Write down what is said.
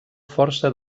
força